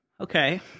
okay